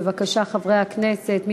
בבקשה, חברי הכנסת.